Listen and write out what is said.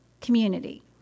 community